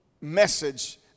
message